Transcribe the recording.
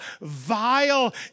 vile